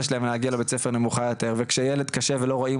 שלהם להגיע לבית הספר נמוכה יותר וכשילד קשה ולא רואים